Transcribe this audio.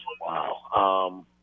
wow